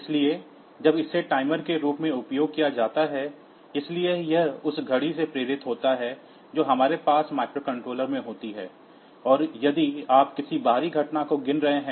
इसलिए जब इसे टाइमर के रूप में उपयोग किया जाता है इसलिए यह उस घड़ी से प्रेरित होता है जो हमारे पास माइक्रोकंट्रोलर में होती है और यदि आप किसी बाहरी घटना को गिन रहे हैं